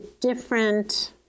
different